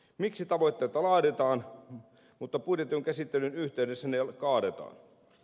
miksi tavoitteita laaditaan mutta budjetin käsittelyn yhteydessä ne kaadetaan